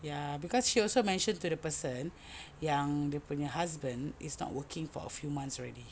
ya cause she also mentioned to the person yang dia punya husband is not working for a few months already